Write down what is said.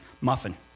muffin